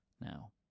now